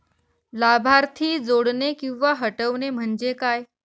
लाभार्थी जोडणे किंवा हटवणे, म्हणजे काय?